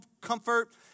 comfort